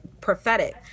prophetic